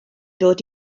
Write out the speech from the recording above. dod